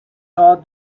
thought